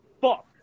fuck